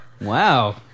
Wow